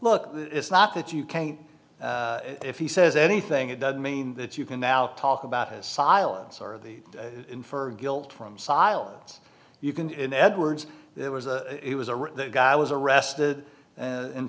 look it's not that you can't if he says anything it doesn't mean that you can now talk about his silence or the infer guilt from silence you can edwards there was a it was a guy was arrested in